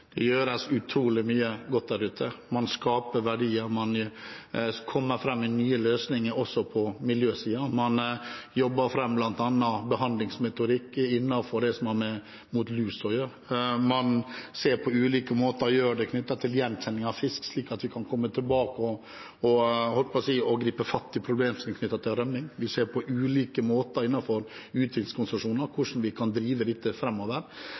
Det gjøres utrolig mye godt der ute. Man skaper verdier. Man kommer fram med nye løsninger også på miljøsiden. Man jobber fram bl.a. behandlingsmetodikk innenfor det som har med lus å gjøre. Man ser på ulike måter å gjøre det på når det gjelder gjenkjenning av fisk, slik at vi kan komme tilbake og gripe fatt i problemstillingen knyttet til rømming. Vi ser på ulike måter innenfor utviklingskonsesjoner, hvordan vi kan drive dette